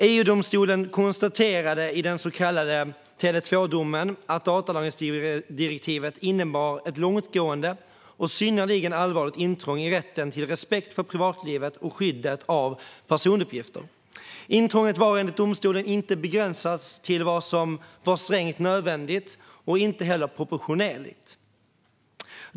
EU-domstolen konstaterade i den så kallade Tele 2-domen att datalagringsdirektivet innebar ett långtgående och synnerligen allvarligt intrång i rätten till respekt för privatlivet och skyddet av personuppgifter. Intrånget var enligt domstolen inte begränsat till vad som var strängt nödvändigt och inte heller proportionerligt.